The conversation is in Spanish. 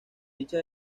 dicha